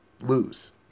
lose